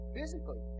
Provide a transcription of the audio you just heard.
Physically